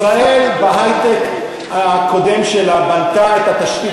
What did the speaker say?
ישראל בהיי-טק הקודם שלה בנתה את התשתית